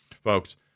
Folks